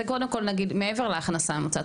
מעבר להכנסה הממוצעת.